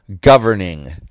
Governing